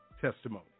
testimony